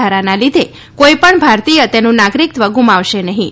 ધારાના લીધે કોઈપણ ભારતીય તેનું નાગરિકત્વ ગુમાવશે નહીં